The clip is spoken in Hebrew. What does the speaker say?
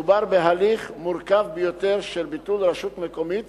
מדובר בהליך מורכב ביותר, של ביטול רשות מקומית